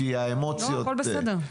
כמעט שנה השארתם חברה בלי מנכ"ל,